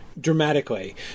dramatically